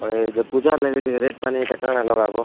ପୂଜା ହେଲେ ବି ଟିକେ ରେଟ୍ ପାଇଲେ ଏଇଟା କାଣା ଲଗାବ